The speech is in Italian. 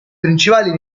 principali